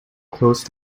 close